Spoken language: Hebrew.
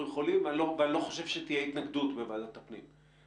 יכולים ואני לא חושב שתהיה התנגדות בוועדת הפנים.